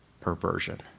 perversion